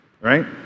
right